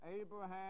Abraham